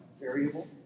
variable